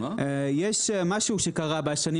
יש משהו שקרה בשנים